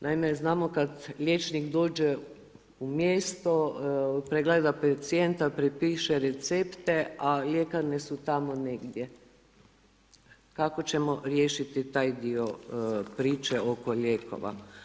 Naime, znamo kada liječnik dođe u mjesto, pregleda pacijenta, prepiše recepte, a ljekarne su tamo negdje, kako ćemo riješiti taj dio priče oko lijekova.